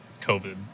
COVID